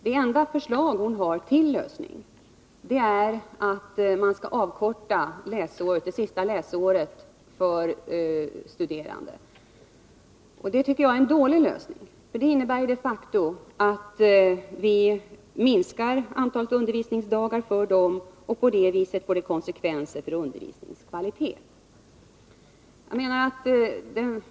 Det enda förslag till lösning hon har är att man skall avkorta det sista läsåret för studerande. Det tycker jag är en dålig lösning. Det innebär de facto att vi minskar antalet undervisningsdagar, och det får konsekvenser för undervisningens kvalitet.